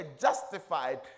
justified